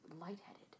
lightheaded